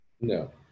No